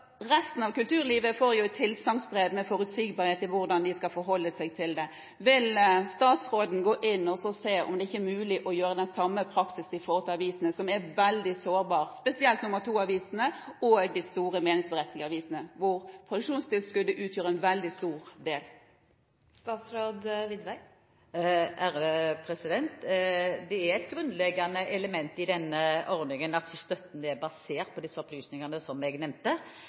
Resten av kulturlivet får et tilsagnsbrev med forutsigbarhet for hvordan de skal forholde seg til det. Vil statsråden gå inn og se om det ikke er mulig å ha den samme praksisen når det gjelder avisene, som er veldig sårbare, spesielt nr. 2-avisene og de store meningsberettigede avisene, hvor produksjonstilskuddet utgjør en veldig stor del? Det er et grunnleggende element i denne ordningen at støtten er basert på disse opplysningene som jeg nevnte,